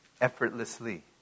Effortlessly